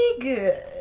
good